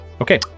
Okay